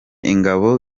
ingabo